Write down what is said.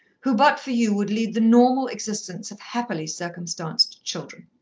who, but for you, would lead the normal existence of happily-circumstanced children.